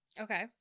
Okay